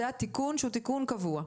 זה תיקון קבוע.